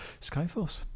Skyforce